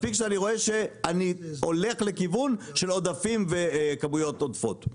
מספיק שאני רואה שאני הולך לכיוון של עודפים וכמויות עודפות.